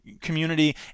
community